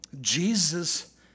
Jesus